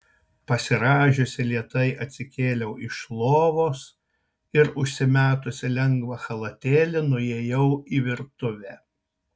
pasirąžiusi lėtai atsikėliau iš lovos ir užsimetusi lengvą chalatėlį nuėjau į virtuvę